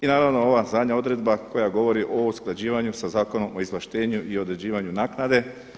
I naravno ova zadnja odredba koja govori o usklađivanju sa Zakonom o izvlaštenju i određivanju naknade.